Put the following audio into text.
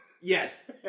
Yes